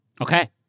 Okay